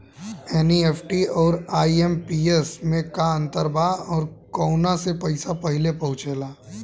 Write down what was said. NEFT आउर IMPS मे का अंतर बा और आउर कौना से पैसा पहिले पहुंचेला?